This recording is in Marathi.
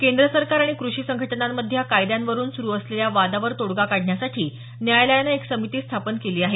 केंद्र सरकार आणि कृषी संघटनांमध्ये या कायद्यांवरून सुरू असलेल्या वादावर तोडगा काढण्यासाठी न्यायालयानं एक समिती स्थापन केली आहे